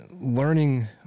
learning